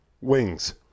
wings